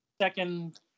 second